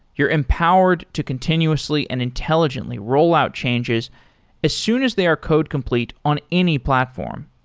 you're empowered to continuously and intelligently ro llout changes as soon as they are code complete on any platform,